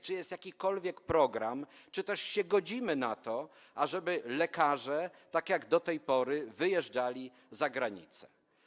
Czy jest jakikolwiek program, czy też się godzimy na to, ażeby lekarze, tak jak do tej pory, wyjeżdżali za granicę?